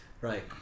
Right